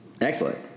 Excellent